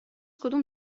کدوم